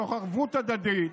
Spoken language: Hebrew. מתוך ערבות הדדית,